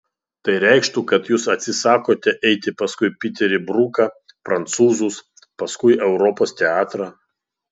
tai reikštų kad jūs atsisakote eiti paskui piterį bruką prancūzus paskui europos teatrą